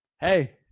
hey